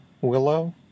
Willow